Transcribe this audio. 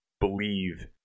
believe